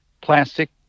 plastic